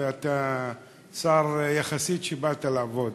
אתה שר, יחסית, שבא לעבוד.